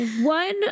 One